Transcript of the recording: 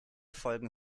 folgen